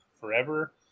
forever